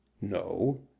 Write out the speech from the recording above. No